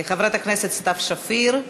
חברת הכנסת סתיו שפיר.